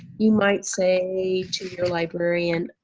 you might say to your librarian,